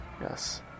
Yes